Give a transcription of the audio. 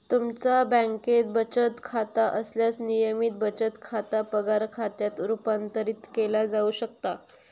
तुमचा बँकेत बचत खाता असल्यास, नियमित बचत खाता पगार खात्यात रूपांतरित केला जाऊ शकता